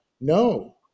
No